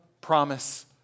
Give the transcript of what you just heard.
promise